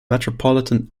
metropolitan